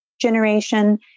generation